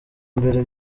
mbere